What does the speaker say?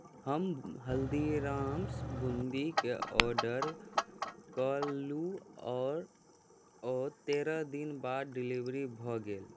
हम हल्दीराम्स बूंदीकेँ ऑर्डर कयलहुँ आओर ओ तेरह दिन बाद डिलीवर भऽ गेल